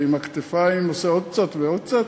ועם הכתפיים עושה עוד קצת ועוד קצת,